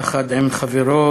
יחד עם חברו,